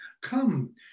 come